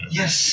yes